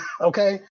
Okay